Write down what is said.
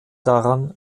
daran